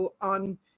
on